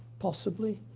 possibly.